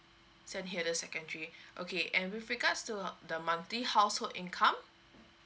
saint hilda secondary okay and with regards to the monthly household income